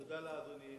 תודה לאדוני.